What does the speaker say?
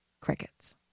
crickets